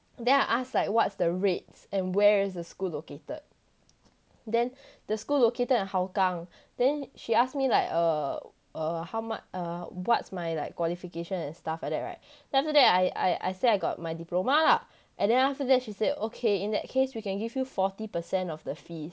then I ask like what's the rates and where is the school located then the school located in hougang then she ask me like err err how much er what's my like qualification and stuff like that right then after that I I say I got my diploma lah and then after that she said okay in that case we can give you forty percent of the fees